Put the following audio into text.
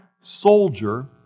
soldier